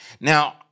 Now